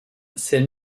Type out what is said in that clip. ces